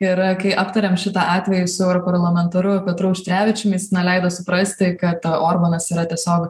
ir kai aptarėm šitą atvejį su europarlamentaru petru auštrevičiumi jis na leido suprasti kad orbanas yra tiesiog